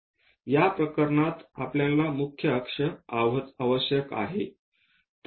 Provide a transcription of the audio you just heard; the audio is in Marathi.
या प्रकरणात आपल्याला मुख्य अक्ष आवश्यक आहे